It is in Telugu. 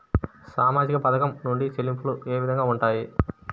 సామాజిక పథకం నుండి చెల్లింపులు ఏ విధంగా ఉంటాయి?